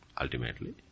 Ultimately